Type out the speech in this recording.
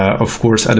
of course,